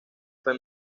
fue